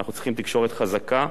אנחנו צריכים תקשורת חזקה,